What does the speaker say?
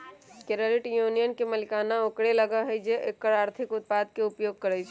credit union के मलिकाना ओकरे लग होइ छइ जे एकर आर्थिक उत्पादों के उपयोग करइ छइ